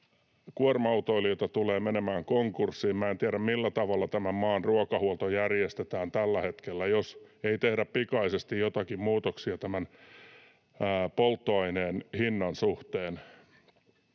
kuorma-autoilijoita tulee menemään konkurssiin, ja minä en tiedä, millä tavalla tämän maan ruokahuolto järjestetään tällä hetkellä, jos ei tehdä pikaisesti jotakin muutoksia polttoaineen hinnan suhteen.